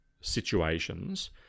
situations